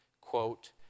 quote